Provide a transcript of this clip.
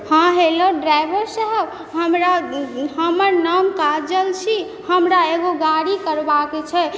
हँ hello driver साहब हमरा हमर नाम काजल छी हमरा एगो गाड़ी करबाके छै